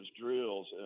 drills